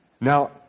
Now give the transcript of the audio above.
Now